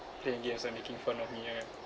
playing games and making fun of me ah